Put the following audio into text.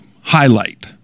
highlight